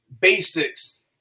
basics